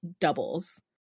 doubles